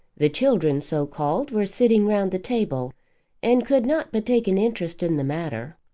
the children, so called, were sitting round the table and could not but take an interest in the matter.